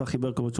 צחי ברקוביץ,